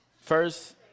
first